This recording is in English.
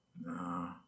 No